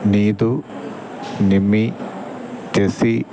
Neethu Nimmi Tessy